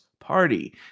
party